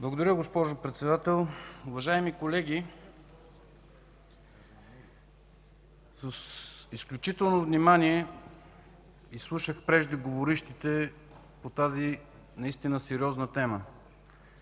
Благодаря, госпожо Председател. Уважаеми колеги! С изключително внимание изслушах преждеговорившите по тази наистина сериозна тема.